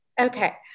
Okay